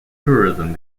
tourism